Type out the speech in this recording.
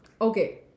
Okay